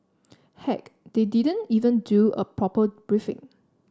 heck they didn't even do a proper briefing